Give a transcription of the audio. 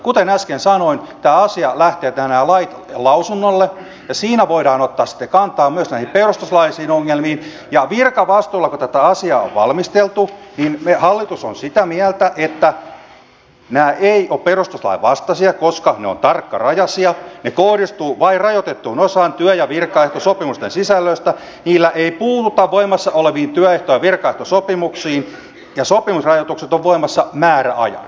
kuten äsken sanoin nämä lait lähtevät lausunnolle ja siinä voidaan ottaa sitten kantaa myös näihin perustuslaillisiin ongelmiin ja kun virkavastuulla tätä asiaa on valmisteltu niin hallitus on sitä mieltä että nämä eivät ole perustuslain vastaisia koska ne ovat tarkkarajaisia ne kohdistuvat vain rajoitettuun osaan työ ja virkaehtosopimusten sisällöistä niillä ei puututa voimassa oleviin työehto ja virkaehtosopimuksiin ja sopimusrajoitukset ovat voimassa määräajan